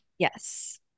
Yes